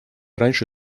раньше